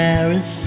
Paris